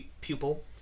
pupil